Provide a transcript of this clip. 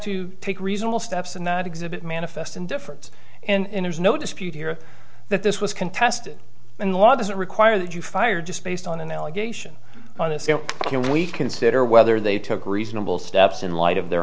to take reasonable steps and that exhibit manifest indifference and there's no dispute here that this was contested in law doesn't require that you fire just based on an allegation on a scale and we consider whether they took reasonable steps in light of their